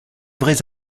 vrais